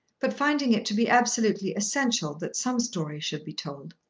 but finding it to be absolutely essential that some story should be told.